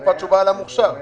איפה התשובה על המוכש"ר?